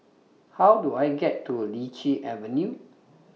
How Do I get to Lichi Avenue